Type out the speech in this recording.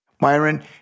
Myron